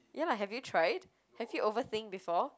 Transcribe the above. ya lah have you tried have you overthink before